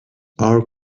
our